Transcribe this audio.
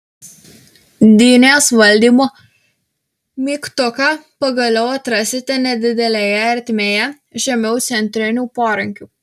dynės valdymo mygtuką pagaliau atrasite nedidelėje ertmėje žemiau centrinių porankių